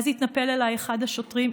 ואז התנפל עליי אחד השוטרים,